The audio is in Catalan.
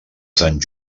sant